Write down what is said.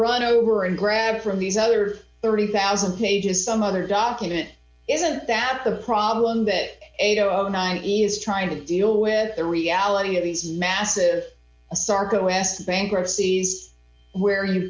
run over and grab from these other thirty thousand pages some other document isn't that the problem that eight o nine e's trying to deal with the reality of these massive asarco west bankruptcies where you've